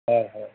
হয় হয়